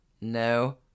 No